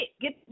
get